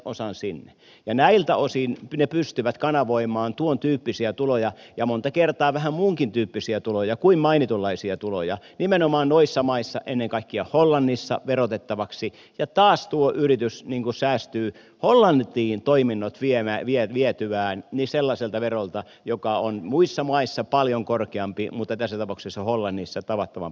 ja näiltä osin ne pystyvät kanavoimaan tuontyyppisiä tuloja ja monta kertaa vähän muunkin tyyppisiä tuloja kuin mainitunlaisia tuloja nimenomaan noissa maissa ennen kaikkea hollannissa verotettavaksi ja taas tuo yritys säästyy hollantiin toiminnot vietyään sellaiselta verolta joka on muissa maissa paljon korkeampi mutta tässä tapauksessa hollannissa tavattoman paljon alhaisempi